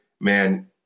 man